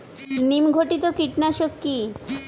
নিম ঘটিত কীটনাশক কি?